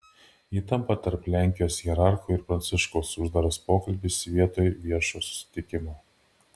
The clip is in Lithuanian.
įtampa tarp lenkijos hierarchų ir pranciškaus uždaras pokalbis vietoj viešo susitikimo